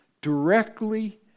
directly